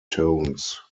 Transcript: tones